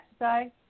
exercise